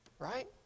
Right